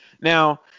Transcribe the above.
Now